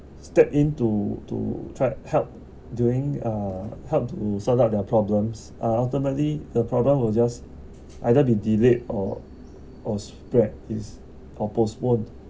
step in to to try help doing uh help to sort out their problems uh ultimately the problem will just either be delayed or or spread or postponed